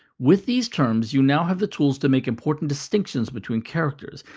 with these terms, you now have the tools to make important distinctions between characters.